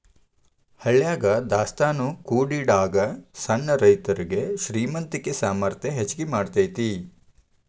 ಹಳ್ಯಾಗ ದಾಸ್ತಾನಾ ಕೂಡಿಡಾಗ ಸಣ್ಣ ರೈತರುಗೆ ಶ್ರೇಮಂತಿಕೆ ಸಾಮರ್ಥ್ಯ ಹೆಚ್ಗಿ ಮಾಡತೈತಿ